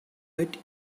bet